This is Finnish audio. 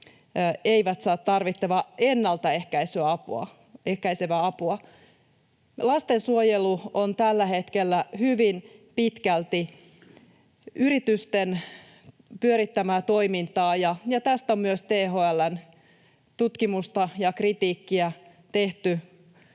eivät saa tarvittavaa ennalta ehkäisevää apua. Lastensuojelu on tällä hetkellä hyvin pitkälti yritysten pyörittämää toimintaa, ja tästä on myös tehty THL:n tutkimusta ja kritiikkiä,